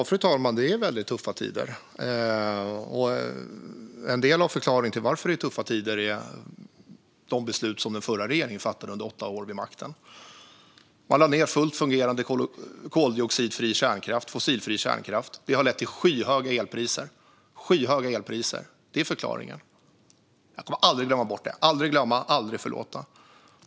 Fru talman! Ja, det är väldigt tuffa tider. En del av förklaringen till detta är de beslut som den förra regeringen fattade under åtta år vid makten. Man lade ned fullt fungerande, koldioxidfri och fossilfri kärnkraft. Det har lett till skyhöga elpriser. Det är förklaringen. Jag kommer aldrig att glömma bort det - aldrig glömma, aldrig förlåta.